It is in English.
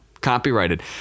copyrighted